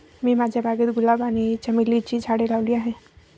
मी माझ्या बागेत गुलाब आणि चमेलीची झाडे लावली आहे